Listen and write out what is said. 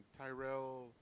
Tyrell